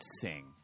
sing